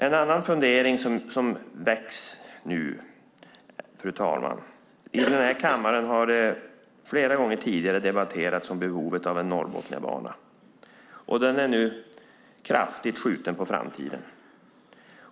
En annan fundering som väcks, fru talman, gäller behovet av en Norrbotniabana, något som debatterats flera gånger i denna kammare. Den frågan är nu skjuten långt in i framtiden.